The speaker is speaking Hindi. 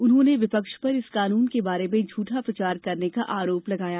उन्होंने विपक्ष पर इस कानून के बारे में झुठा प्रचार करने का आरोप लगाया